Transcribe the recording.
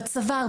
בצוואר,